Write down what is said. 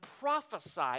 prophesy